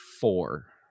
four